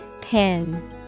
Pin